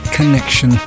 Connection